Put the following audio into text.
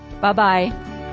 Bye-bye